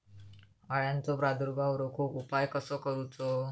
अळ्यांचो प्रादुर्भाव रोखुक उपाय कसो करूचो?